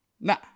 Nah